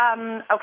Okay